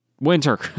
winter